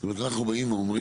זאת אומרת, אנחנו באים ואומרים,